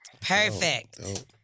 Perfect